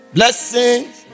Blessings